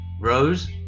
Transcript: Rose